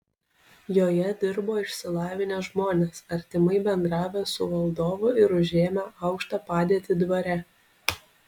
joje dirbo išsilavinę žmonės artimai bendravę su valdovu ir užėmę aukštą padėtį dvare